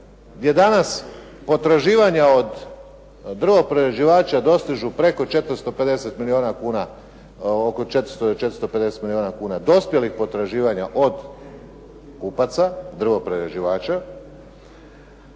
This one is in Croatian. gdje danas potraživanja od drvoprerađivača dostižu preko 450 milijuna kuna dospjelih potraživanja od kupaca drvoprerađivača,